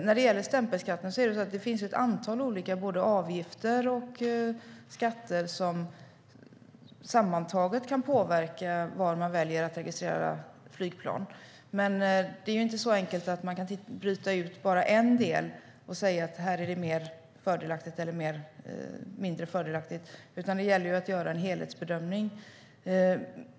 När det gäller stämpelskatten finns det ett antal olika avgifter och skatter som sammantaget kan påverka var man väljer att registrera flygplan. Men det är inte så enkelt att det går att bryta ut bara en del och säga att här är det mer eller mindre fördelaktigt, utan det gäller att göra en helhetsbedömning.